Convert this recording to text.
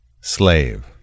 Slave